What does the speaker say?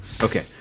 Okay